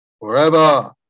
Forever